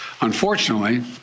Unfortunately